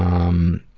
um.